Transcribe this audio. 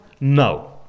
No